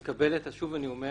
שוב אני אומר